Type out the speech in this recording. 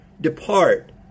depart